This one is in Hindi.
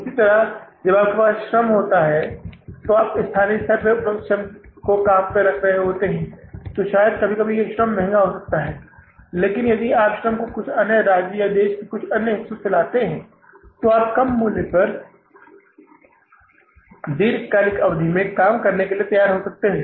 इसी तरह जब आपके पास श्रम होता है तो आप स्थानीय स्तर पर उपलब्ध श्रम को काम पर रख रहे होते हैं जो शायद कभी कभी महँगा श्रम होता है लेकिन यदि आप श्रम को कुछ अन्य राज्यों या देश के कुछ अन्य हिस्सों से लाते हैं तो आप कम मूल्य पर दीर्घकालिक अवधि में काम करने के लिए तैयार हो सकते हैं